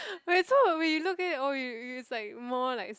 wait so we look it oh you's like more likes